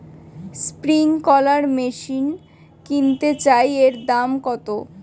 Sprinkler machine কিনতে চাই এর দাম কত?